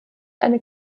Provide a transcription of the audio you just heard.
eine